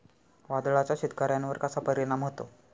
वादळाचा शेतकऱ्यांवर कसा परिणाम होतो?